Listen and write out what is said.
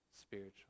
spiritual